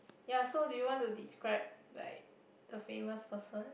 ya so do you want to describe like the famous person